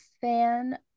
fan